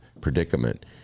predicament